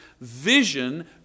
vision